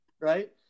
Right